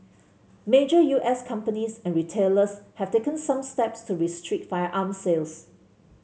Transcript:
major U S companies and retailers have taken some steps to restrict firearm sales